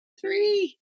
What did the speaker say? Three